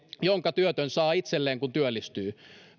jonka työtön saa itselleen kun työllistyy